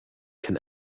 can